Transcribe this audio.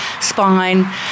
spine